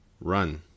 run